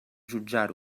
jutjar